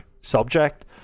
subject